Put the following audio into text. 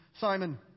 Simon